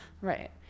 right